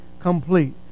complete